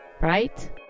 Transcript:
Right